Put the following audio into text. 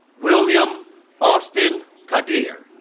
william austin cadieux